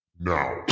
now